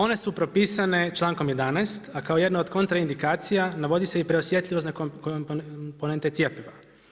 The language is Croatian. One su propisane čl.11. a kao jedna od kontra indikacija, navodi se i preosjetljivost komponente cjepiva.